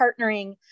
partnering